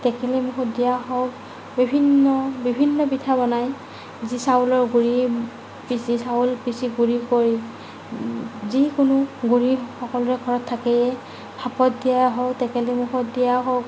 টেকেলিমুখত দিয়া হওক বিভিন্ন বিভিন্ন পিঠা বনায় যি চাউলৰ গুড়ি পিচি চাউল পিচি গুড়ি কৰি যিকোনো গুড়ি সকলোৰে ঘৰত থাকেই ভাপত দিয়াই হওক টেকেলিমুখত দিয়াই হওক